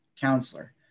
counselor